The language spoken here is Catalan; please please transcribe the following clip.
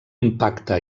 impacte